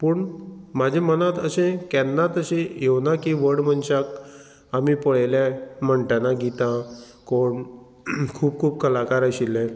पूण म्हाजें मनांत अशें केन्नात अशें येवना की व्हड मनशाक आमी पळयल्या म्हणटना गितां कोण खूब खूब कलाकार आशिल्लें